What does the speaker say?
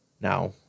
Now